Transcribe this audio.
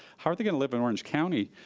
how are they gonna live in orange county?